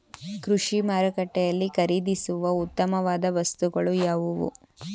ಕೃಷಿ ಮಾರುಕಟ್ಟೆಯಲ್ಲಿ ಖರೀದಿಸುವ ಉತ್ತಮವಾದ ವಸ್ತುಗಳು ಯಾವುವು?